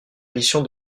édition